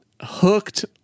Hooked